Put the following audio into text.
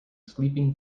sleeping